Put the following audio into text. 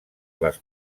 les